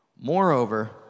Moreover